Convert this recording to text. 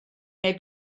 neu